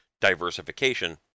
diversification